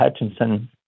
Hutchinson